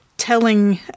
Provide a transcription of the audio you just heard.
telling